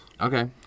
Okay